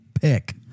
pick